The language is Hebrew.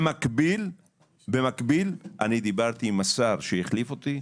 במקביל אני דיברתי עם השר שהחליף אותי,